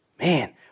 Man